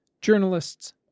journalists